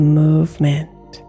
movement